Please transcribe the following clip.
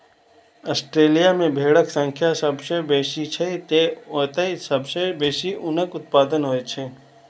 Australia मे भेड़क संख्या सबसं बेसी छै, तें ओतय सबसं बेसी ऊनक उत्पादन होइ छै